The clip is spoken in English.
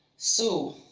so